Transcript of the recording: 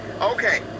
okay